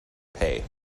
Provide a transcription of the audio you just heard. pay